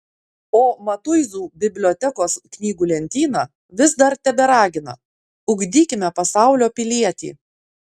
o matuizų bibliotekos knygų lentyna vis dar teberagina ugdykime pasaulio pilietį